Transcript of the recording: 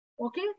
Okay